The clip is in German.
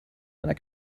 einer